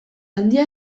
handia